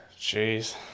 Jeez